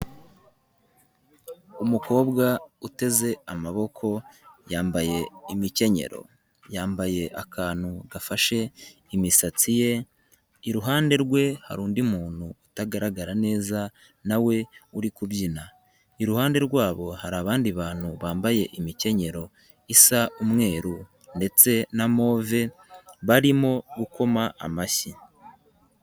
Umukobwa uteze amaboko yambaye imikenyero, yambaye akantu gafashe imisatsi ye, iruhande rwe hari undi muntu utagaragara neza na we uri kubyina, iruhande rwabo hari abandi bantu bambaye imikenyero isa umweru ndetse na move barimo gukoma amashyi.